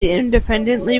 independently